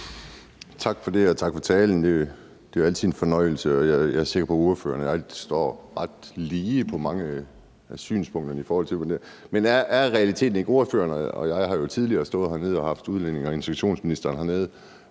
Tak for det. Og tak for talen. Det er jo altid en fornøjelse, og jeg er sikker på, at ordføreren og jeg står ret lige på mange af synspunkterne i forhold til det her. Ordføreren og jeg har jo tidligere stået hernede sammen med udlændinge- og integrationsministeren, hvor der